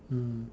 mm